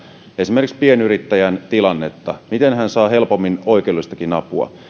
esimerkiksi pienyrittäjän tilannetta ja miten hän saa helpommin oikeudellistakin apua